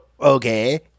Okay